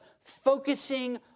focusing